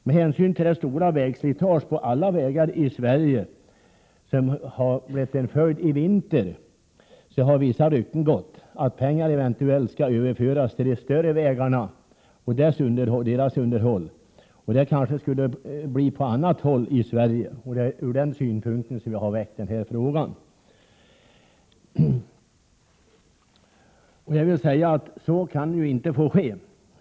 Med hänsyn till det stora vägslitaget på alla vägar i Sverige i vinter har vissa rykten gått om att pengar eventuellt skall överföras från skogslänen till de större vägarna och deras underhåll — kanske på annat håll i Sverige. Det är från den synpunkten som jag har ställt frågan. Så får inte ske.